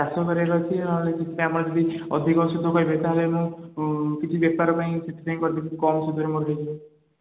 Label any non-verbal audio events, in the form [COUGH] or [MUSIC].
ଚାଷ କରିବାର ଅଛି [UNINTELLIGIBLE] ଯଦି ଅଧିକ ସୁଧ ପାଇବେ ତାହେଲେ ମୁଁ କିଛି ବେପାର ପାଇଁ ସେଥିପାଇଁ କରିପାରିବି କମ୍ ସୁଧରେ ମୋର ହେଇଯିବ